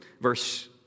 Verse